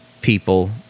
people